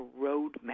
roadmap